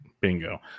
Bingo